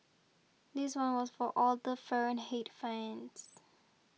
this one was for all the Fahrenheit fans